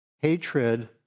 Hatred